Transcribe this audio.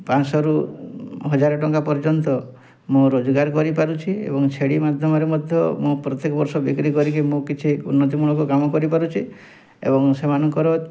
ପାଞ୍ଚଶହରୁ ହଜାରେ ଟଙ୍କା ପର୍ଯ୍ୟନ୍ତ ମୁଁ ରୋଜଗାର କରିପାରୁଛି ଏବଂ ଛେଳି ମାଧ୍ୟମରେ ମଧ୍ୟ ମୁଁ ପ୍ରତ୍ୟେକ ବର୍ଷ ବିକ୍ରି କରିକି ମୁଁ କିଛି ଉନ୍ନତ୍ତି ମୂଳକ କାମ କରିପାରୁଛି ଏବଂ ସେମାନଙ୍କର